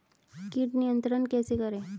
कीट नियंत्रण कैसे करें?